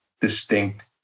distinct